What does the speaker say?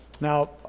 Now